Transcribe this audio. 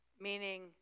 meaning